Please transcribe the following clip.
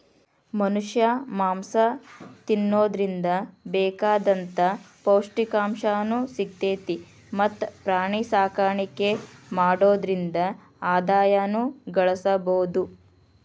ಮನಷ್ಯಾ ಮಾಂಸ ತಿನ್ನೋದ್ರಿಂದ ಬೇಕಾದಂತ ಪೌಷ್ಟಿಕಾಂಶನು ಸಿಗ್ತೇತಿ ಮತ್ತ್ ಪ್ರಾಣಿಸಾಕಾಣಿಕೆ ಮಾಡೋದ್ರಿಂದ ಆದಾಯನು ಗಳಸಬಹುದು